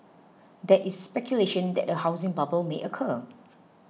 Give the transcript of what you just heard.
there is speculation that a housing bubble may occur